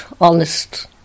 honest